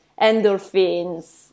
endorphins